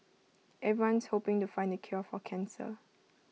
everyone's hoping to find the cure for cancer